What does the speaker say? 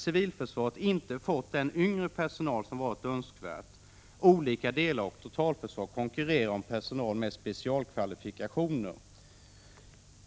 civilförsvaret inte fått den yngre personal som varit önskvärd. Olika delar av totalförsvaret ”konkurrerar” om personer med specialkvalifikationer.